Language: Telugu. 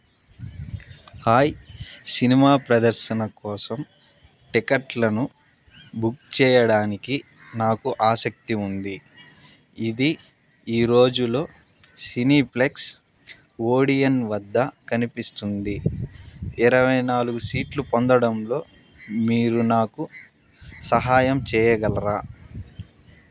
హాయ్ సినిమా ప్రదర్శన కోసం టిక్కెట్లను బుక్ చేయడానికి నాకు ఆసక్తి ఉంది ఇది ఈ రోజులో సినీ ప్లెక్స్ ఓడియన్ వద్ద కనిపిస్తుంది ఇరవై నాలుగు సీట్లు పొందడంలో మీరు నాకు సహాయం చేయగలరా